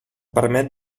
permet